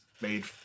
made